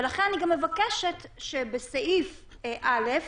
ולכן אני גם מבקשת שבסעיף (א)